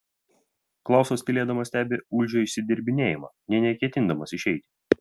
klausas tylėdamas stebi uldžio išsidirbinėjimą nė neketindamas išeiti